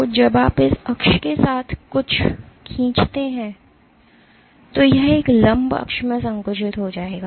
तो जब आप इस अक्ष के साथ कुछ खींचते हैं तो यह एक लंब अक्ष में संकुचित हो जाएगा